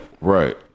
right